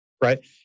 right